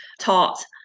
taught